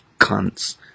Cunts